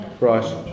Right